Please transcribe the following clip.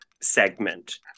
segment